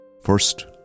First